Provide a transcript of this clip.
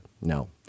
No